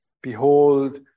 behold